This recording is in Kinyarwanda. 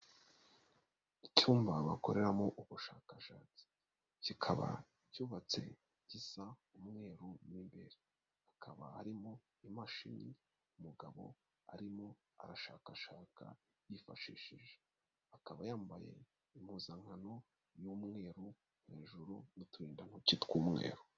Icyumba bakoreramo ubushakashatsi. Kikaba cyubatse gisa umweru mo imbere. Hakaba harimo imashini umugabo arimo arashakashaka yifashishije. Akaba yambaye impuzankano y'umweru hejuru n'uturindantoki tw'umweru.